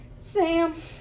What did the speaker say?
Sam